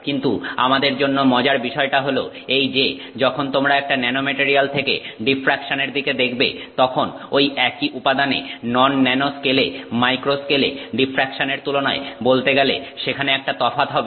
কিন্তু আমাদের জন্য মজার বিষয়টা হলো এই যে যখন তোমরা একটা ন্যানোমেটারিয়াল থেকে ডিফ্রাকশনের দিকে দেখবে তখন ঐ একই উপাদানে নন ন্যানো স্কেল এ মাইক্রো স্কেল এ ডিফ্রাকশনের তুলনায় বলতে গেলে সেখানে একটা তফাৎ হবে